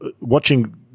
watching